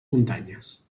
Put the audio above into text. muntanyes